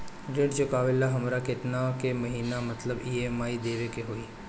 ऋण चुकावेला हमरा केतना के महीना मतलब ई.एम.आई देवे के होई?